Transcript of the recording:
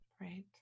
Right